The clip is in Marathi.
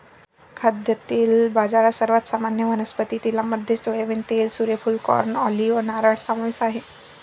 खाद्यतेल बाजारात, सर्वात सामान्य वनस्पती तेलांमध्ये सोयाबीन तेल, सूर्यफूल, कॉर्न, ऑलिव्ह, नारळ समावेश आहे